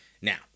Now